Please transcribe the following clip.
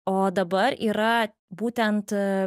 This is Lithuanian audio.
o dabar yra būtent